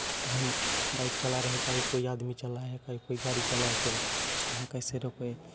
हम बाइक चला रहे बाइक कोई आदमी चलाए कोई गाड़ी चलाई तो उसको हम कैसे रोकें